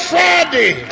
Friday